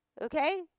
okay